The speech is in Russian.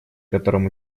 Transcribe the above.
котором